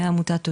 מעמותת 'אותי'.